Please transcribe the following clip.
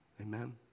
Amen